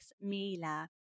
Mila